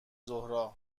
ظهرها